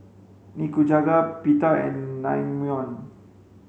Nikujaga Pita and Naengmyeon